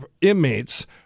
inmates